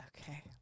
Okay